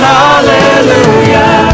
hallelujah